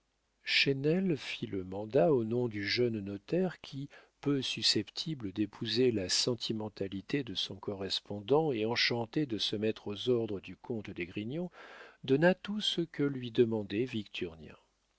fit le mandat au nom du jeune notaire qui peu susceptible d'épouser la sentimentalité de son correspondant et enchanté de se mettre aux ordres du comte d'esgrignon donna tout ce que lui demandait